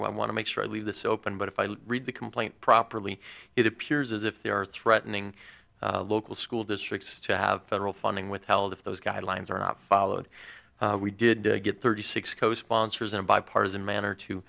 want to make sure i leave this open but if i read the complaint properly it appears as if they are threatening local school districts to have federal funding withheld if those guidelines are not followed we did get thirty six co sponsors in a bipartisan manner to